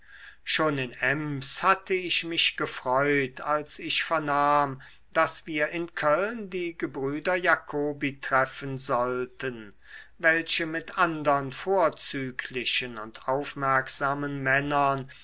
schon in ems hatte ich mich gefreut als ich vernahm daß wir in köln die gebrüder jacobi treffen sollten welche mit andern vorzüglichen und aufmerksamen männern